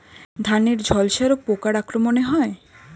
ধানের ঝলসা রোগ পোকার আক্রমণে হয়?